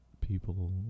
people